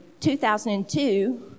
2002